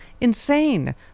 insane